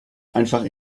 einfach